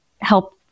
help